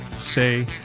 say